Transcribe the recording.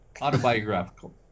Autobiographical